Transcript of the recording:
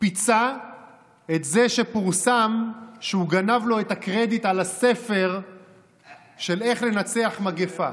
פיצה את מי שפורסם שהוא גנב לו את הקרדיט על הספר "איך לנצח מגפה".